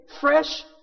fresh